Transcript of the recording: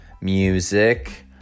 music